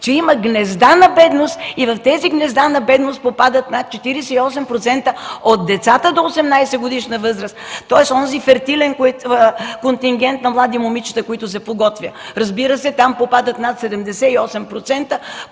че има гнезда на бедност и в тях попадат над 48% от децата до 18-годишна възраст. Тоест, онзи фертилен контингент на млади момичета, който се подготвя. Разбира се, там попадат над 78%,